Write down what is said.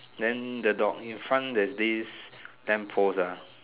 then the dog in front there is this lamp post ah